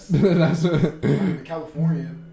California